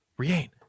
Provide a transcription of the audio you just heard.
Rian